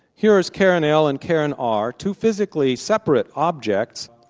here is karen l and karen r, two physically separate objects,